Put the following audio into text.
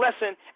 lesson